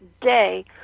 day